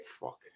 fuck